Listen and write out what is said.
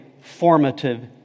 formative